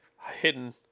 hidden